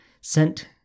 sent